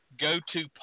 Go-to